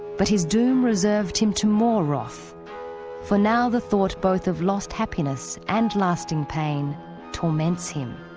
but his doom reserved him to more wrath for now the thought both of lost happiness and lasting pain torments him